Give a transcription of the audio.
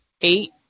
Eight